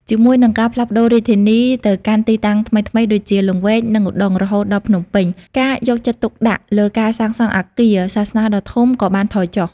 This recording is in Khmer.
ជាមួយនឹងការផ្លាស់ប្តូររាជធានីទៅកាន់ទីតាំងថ្មីៗដូចជា លង្វែក និងឧដុង្គ រហូតដល់ភ្នំពេញ ការយកចិត្តទុកដាក់លើការសាងសង់អគារសាសនាដ៏ធំក៏បានថយចុះ។